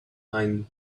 mind